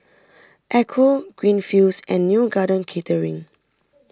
Ecco Greenfields and Neo Garden Catering